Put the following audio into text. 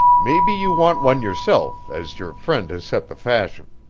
maybe you want one yourself, as your friend has set the fashion.